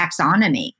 taxonomy